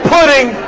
Pudding